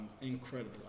incredible